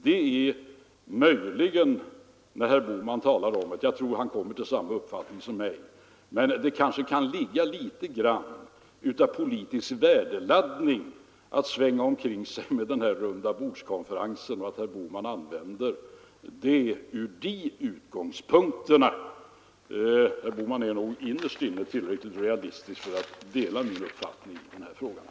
På den punkten tror jag att herr Bohman kommer till samma uppfattning som jag. Men det kanske kan ligga något av politisk värdeladdning i att svänga den här rundabordskonferensen omkring sig, och herr Bohman använde den kanske i det syftet. Herr Bohman är nog innerst inne tillräckligt realistisk för att dela min uppfattning i den här frågan.